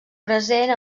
present